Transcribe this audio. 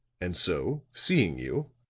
and so, seeing you,